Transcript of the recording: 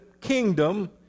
kingdom